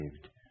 saved